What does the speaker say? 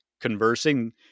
conversing